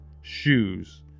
shoes